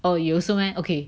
oh you also meh okay